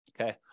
Okay